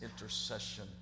intercession